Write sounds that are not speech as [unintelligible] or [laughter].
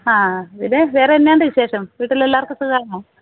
ആ [unintelligible] വേറെ എന്നാ ഉണ്ട് വി ശേഷം വീട്ടിലെല്ലാവർക്കും സുഖമാണോ